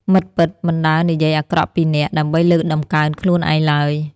មិត្តពិតមិនដើរនិយាយអាក្រក់ពីអ្នក ដើម្បីលើកតម្កើងខ្លួនឯងឡើយ។